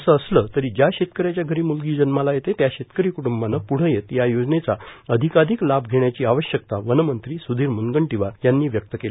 असे असले तरी ज्या शेतकऱ्यांच्या घरी मुलगी जन्माला येते त्या शेतकरी कृटूंबानं पुढ येत या योजनेचा अधिकाधिक लाभ घेण्याची आवश्यकता वनमंत्री सुधीर मुनगंटीवार यांनी व्यक्त केली